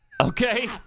Okay